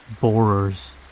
Borers